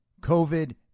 COVID